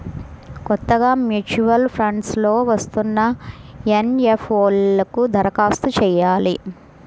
కొత్తగా mutual funds లో వస్తున్న ఎన్.ఎఫ్.ఓ లకు దరఖాస్తు చెయ్యాలి